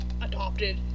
Adopted